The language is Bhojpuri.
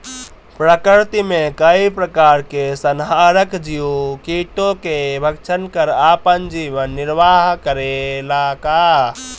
प्रकृति मे कई प्रकार के संहारक जीव कीटो के भक्षन कर आपन जीवन निरवाह करेला का?